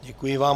Děkuji vám.